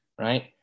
right